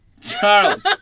Charles